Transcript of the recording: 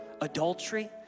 adultery